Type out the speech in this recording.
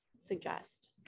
suggest